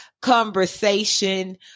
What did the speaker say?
conversation